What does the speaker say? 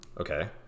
Okay